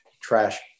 trash